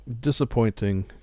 disappointing